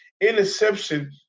interception